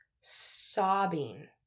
sobbing